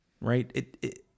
Right